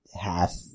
half